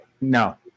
no